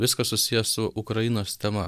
viskas susiję su ukrainos tema